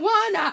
one